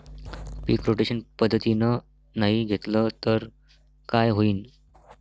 पीक rotation पद्धतीनं नाही घेतलं तर काय होईन?